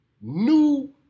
new